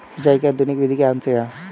सिंचाई की आधुनिक विधि कौन सी है?